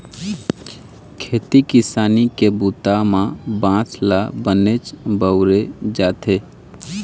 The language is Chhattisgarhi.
खेती किसानी के बूता म बांस ल बनेच बउरे जाथे